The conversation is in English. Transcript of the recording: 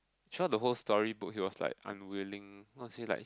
throughout the whole storybook he was like I'm willing not say like